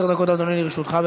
עשר דקות, אדוני, לרשותך.